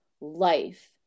life